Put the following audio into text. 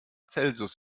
celsius